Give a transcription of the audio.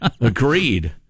Agreed